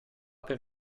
per